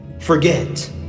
forget